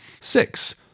Six